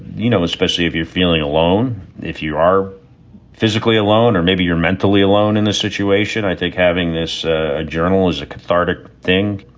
you know, especially if you're feeling alone, if you are physically alone or maybe you're mentally alone in this situation. i think having this ah journal is a cathartic thing.